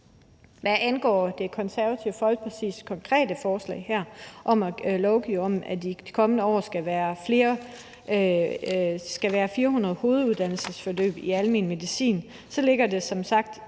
Hvad angår Det Konservative Folkepartis konkrete forslag her om at lovgive om, at der i de kommende år skal være 400 hoveduddannelsesforløb i almen medicin, så ligger det som sagt